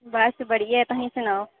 बस बधिया ऐ तुस सनाओ